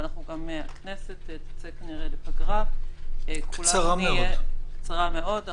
אבל הכנסת תצא כנראה לפגרה -- קצרה מאוד -- כולנו,